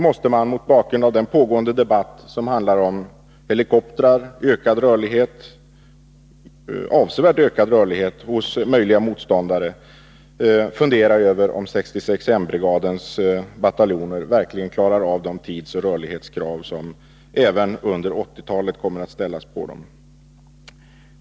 Mot bakgrund av den pågående debatten om helikoptrar och om avsevärt ökad rörlighet hos möjliga motståndare måste man därför fundera över om 66 M-brigadens bataljoner verkligen motsvarar de tidsoch rörlighetskrav som redan under 1980-talet kommer att ställas på dem.